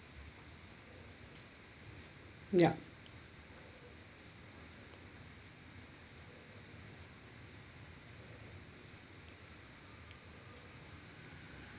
yup